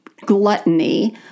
gluttony